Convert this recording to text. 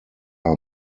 are